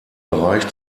bereich